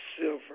silver